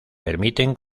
permiten